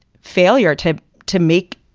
failure to to make,